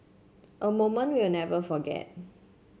a moment we'll never forget